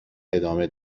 ادامه